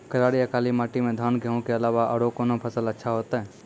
करार या काली माटी म धान, गेहूँ के अलावा औरो कोन फसल अचछा होतै?